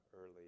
early